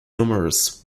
numerous